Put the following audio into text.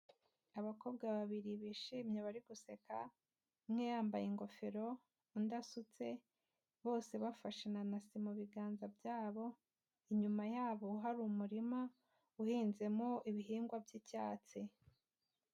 Abakobwa babiri bishimye bari guseka, umwe yambaye ingofero undi asutse, bose bafashe inanasi mu biganza byabo, inyuma yabo hari umurima uhinzemo ibihingwa by'icyatsi.